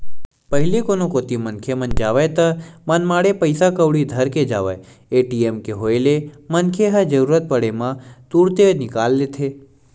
पहिली कोनो कोती मनखे मन जावय ता मनमाड़े पइसा कउड़ी धर के जावय ए.टी.एम के होय ले मनखे ह जरुरत पड़े म तुरते निकाल लेथे